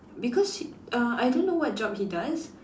because she uh I don't know what job he does